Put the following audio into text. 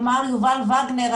אמר יובל וגנר,